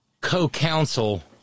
co-counsel